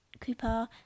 Cooper